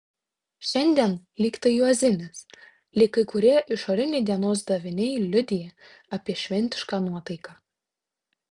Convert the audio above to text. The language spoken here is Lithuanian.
šiandien lyg tai juozinės lyg kai kurie išoriniai dienos daviniai liudija apie šventišką nuotaiką